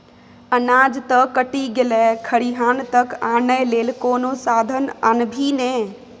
अनाज त कटि गेलै खरिहान तक आनय लेल कोनो साधन आनभी ने